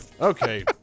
Okay